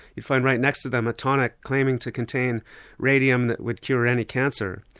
you'd find right next to them a tonic claiming to contain radium that would cure any cancer.